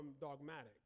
dogmatic